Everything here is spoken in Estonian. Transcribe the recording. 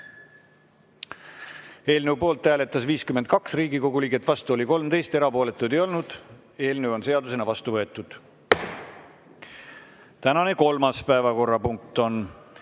Eelnõu poolt hääletas 52 Riigikogu liiget, vastu oli 13, erapooletuid ei olnud. Eelnõu on seadusena vastu võetud. Tänane kolmas päevakorrapunkt on